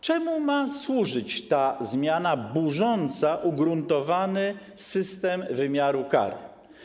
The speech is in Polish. Czemu ma służyć ta zmiana burząca ugruntowany system wymiaru kary?